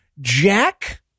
jack